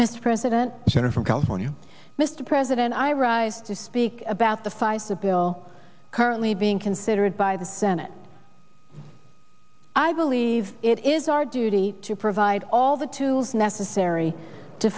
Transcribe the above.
mr president jenna from california mr president i rise to speak about the five the bill currently being considered by the senate i believe it is our duty to provide all the tools